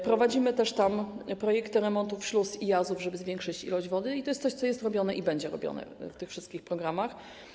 Prowadzimy też projekty remontów śluz i jazów, żeby zwiększyć ilość wody, i to jest coś, co jest i będzie robione w tych wszystkich programach.